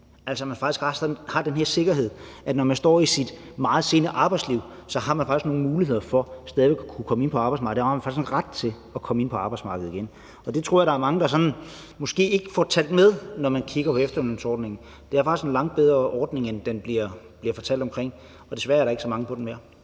Altså, man har faktisk den her sikkerhed, at når man står i sit meget sene arbejdsliv, har man faktisk nogle muligheder for stadig væk at kunne komme ind på arbejdsmarkedet. Man har faktisk en ret til at komme ind på arbejdsmarkedet igen. Det tror jeg at der er mange der måske ikke får talt med, når man kigger på efterlønsordningen. Det er faktisk en langt bedre ordning, end den bliver udlagt som. Desværre er der ikke så mange på den mere.